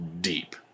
deep